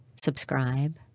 subscribe